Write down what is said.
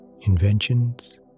inventions